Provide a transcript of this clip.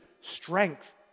strength